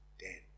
dead